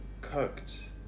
cooked